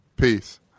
Peace